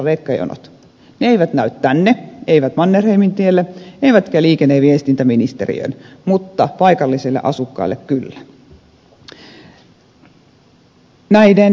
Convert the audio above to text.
ne eivät näy tänne eivät mannerheimintielle eivätkä liikenne ja viestintäministeriöön mutta paikallisille asukkaille kyllä